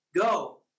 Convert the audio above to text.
Go